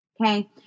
Okay